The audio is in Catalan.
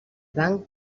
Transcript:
banc